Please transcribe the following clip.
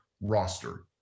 roster